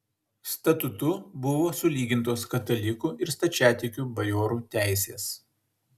statutu buvo sulygintos katalikų ir stačiatikių bajorų teisės